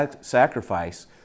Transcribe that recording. sacrifice